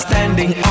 Standing